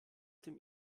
dem